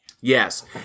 Yes